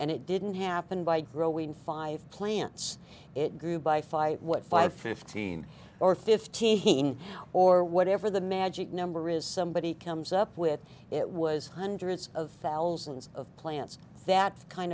and it didn't happen by growing five plants it grew by fight what five fifteen or fifteen or whatever the magic number is somebody comes up with it was hundreds of thousands of plants that kind